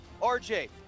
RJ